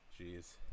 Jeez